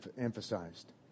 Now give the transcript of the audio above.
emphasized